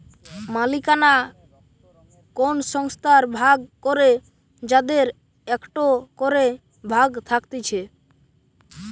মালিকানা কোন সংস্থার ভাগ করে যাদের একটো করে ভাগ থাকতিছে